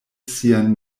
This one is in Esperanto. sian